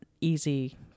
easy